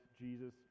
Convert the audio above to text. Jesus